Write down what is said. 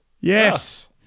Yes